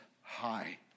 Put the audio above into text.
High